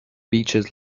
beaches